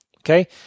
okay